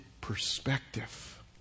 perspective